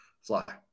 fly